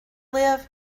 live